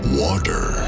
water